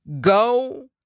go